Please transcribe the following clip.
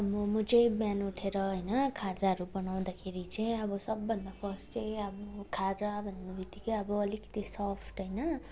अब म चाहिँ बिहान उठेर होइन खाजाहरू बनाउँदाखेरि चाहिँ अब सबभन्दा फर्स्ट चाहिँ अब खाजा भन्ने बित्तिकै अब अलिकति सफ्ट होइनन